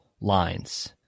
lines